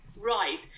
Right